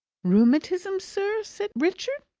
rheumatism, sir? said richard.